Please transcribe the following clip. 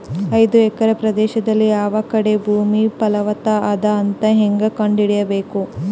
ಐದು ಎಕರೆ ಪ್ರದೇಶದಲ್ಲಿ ಯಾವ ಕಡೆ ಭೂಮಿ ಫಲವತ ಅದ ಅಂತ ಹೇಂಗ ಕಂಡ ಹಿಡಿಯಬೇಕು?